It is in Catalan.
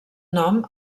nom